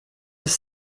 des